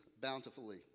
bountifully